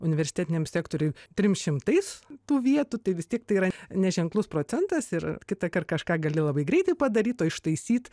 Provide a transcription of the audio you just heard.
universitetiniam sektoriuj trim šimtais tų vietų tai vis tiek tai yra neženklus procentas ir kitąkart kažką gali labai greitai padaryt o ištaisyt